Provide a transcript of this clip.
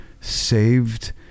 saved